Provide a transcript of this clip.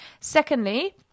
secondly